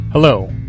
Hello